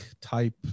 type